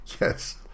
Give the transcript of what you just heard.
Yes